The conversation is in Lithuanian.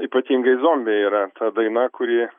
ypatingai zombiai yra ta daina kuri